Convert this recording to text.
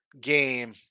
game